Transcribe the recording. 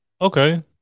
Okay